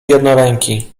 jednoręki